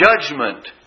judgment